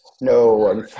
No